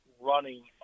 running